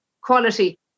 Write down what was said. quality